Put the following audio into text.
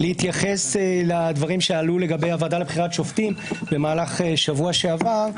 להתייחס לדברים שעלו לגבי הוועדה לבחירת שופטים במהלך השבוע שעבר,